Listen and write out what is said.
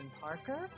Parker